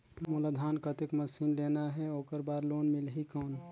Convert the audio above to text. मोला धान कतेक मशीन लेना हे ओकर बार लोन मिलही कौन?